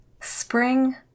Spring